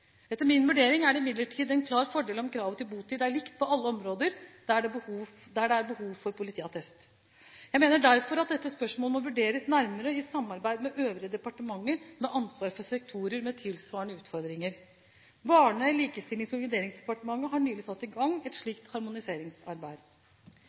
Etter min vurdering er det imidlertid en klar fordel om kravet til botid er likt på alle områder der det er behov for politiattest. Jeg mener derfor at dette spørsmålet må vurderes nærmere i samarbeid med øvrige departementer med ansvar for sektorer med tilsvarende utfordringer. Barne-, likestillings- og inkluderingsdepartementet har nylig satt i gang et